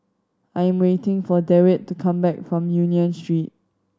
I'm waiting for Dewitt to come back from Union Street